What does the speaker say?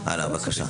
טוב, הלאה בבקשה.